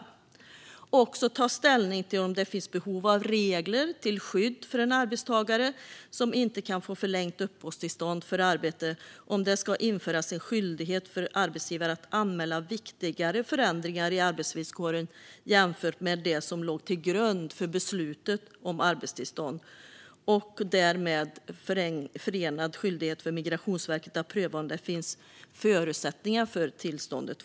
Vidare ska utredningen ta ställning till om det finns behov av regler till skydd för en arbetstagare som inte kan få förlängt uppehållstillstånd för arbete, om det ska införas en skyldighet för arbetsgivare att anmäla viktigare förändringar i arbetsvillkoren jämfört med dem som låg till grund för beslutet om arbetstillstånd - och en därmed förenad skyldighet för Migrationsverket att pröva om det även i fortsättningen finns förutsättningar för tillståndet.